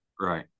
Right